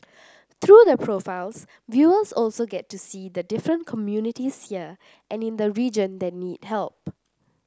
through the profiles viewers also get to see the different communities here and in the region that need help